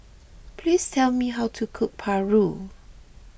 please tell me how to cook Paru